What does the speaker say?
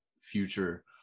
future